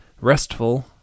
restful